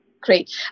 Great